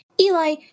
Eli